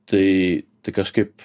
tai tai kažkaip